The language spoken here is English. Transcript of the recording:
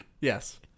yes